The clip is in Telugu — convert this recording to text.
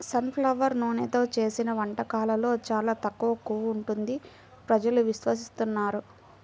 సన్ ఫ్లవర్ నూనెతో చేసిన వంటకాల్లో చాలా తక్కువ కొవ్వు ఉంటుంది ప్రజలు విశ్వసిస్తున్నారు